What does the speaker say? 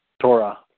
Torah